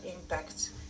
impact